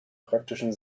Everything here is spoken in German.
praktischen